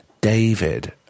David